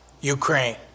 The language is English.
Ukraine